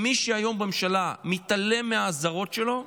מי שהיום בממשלה מתעלם מהאזהרות שלו,